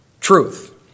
truth